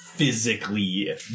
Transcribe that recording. Physically